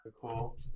cool